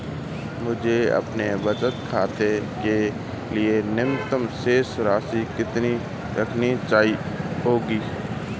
मुझे अपने बचत खाते के लिए न्यूनतम शेष राशि कितनी रखनी होगी?